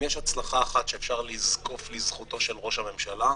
אם יש הצלחה אחת שאפשר לזקוף לזכותו של ראש הממשלה,